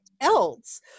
else